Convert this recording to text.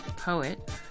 poet